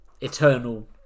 eternal